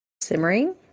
simmering